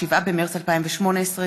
7 במרס 2018,